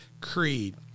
creed